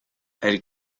elle